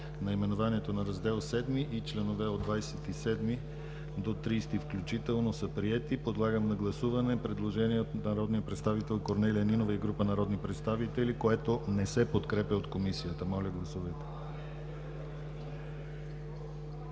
наименованието на Раздел VII и членове от 27 до 30 включително са приети. Подлагам на гласуване предложение от народния представител Корнелия Нинова и група народни представители, което не се подкрепя от Комисията. Моля, гласувайте.